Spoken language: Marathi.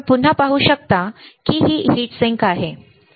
आपण पुन्हा पाहू शकता की हीट सिंक आहे बरोबर